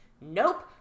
Nope